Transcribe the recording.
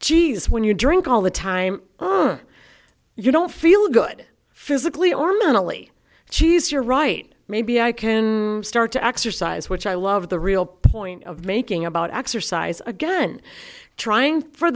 geez when you drink all the time you don't feel good physically or mentally she's you're right maybe i can start to exercise which i love the real point of making about exercise again trying for